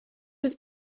was